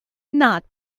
not